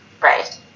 Right